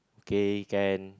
okay can